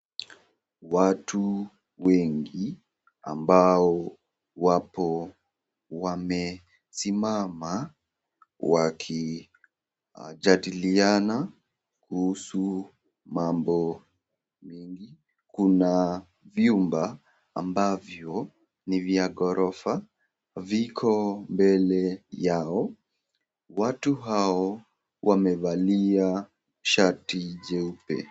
Watu wengi ambao wapo wamesimama wakijadiliana kuhusu mambo mingi. Kuna vyumba ambavyo ni vya gorofa viko mbele yao. Watu hao wamevalia shati jeupe.